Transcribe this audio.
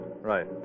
Right